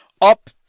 up